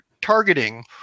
targeting